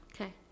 Okay